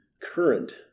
current